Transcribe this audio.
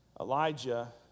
Elijah